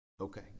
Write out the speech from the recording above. Okay